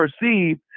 perceive